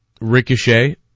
Ricochet